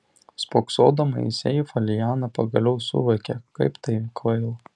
spoksodama į seifą liana pagaliau suvokė kaip tai kvaila